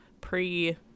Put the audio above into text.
Pre